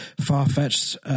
far-fetched